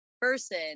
person